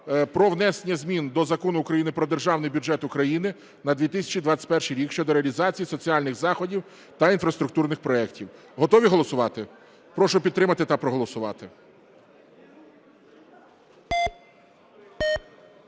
про внесення змін до Закону України "Про Державний бюджет України на 2021 рік" щодо реалізації соціальних заходів та інфраструктурних проектів. Готові голосувати? Прошу підтримати та проголосувати.